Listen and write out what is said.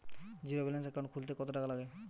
Zero balance account খুলতে কত টাকা লাগে?